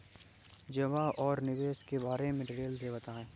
जमा और निवेश के बारे में डिटेल से बताएँ?